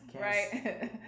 Right